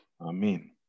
Amen